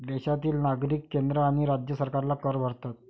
देशातील नागरिक केंद्र आणि राज्य सरकारला कर भरतात